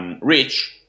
Rich